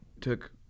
took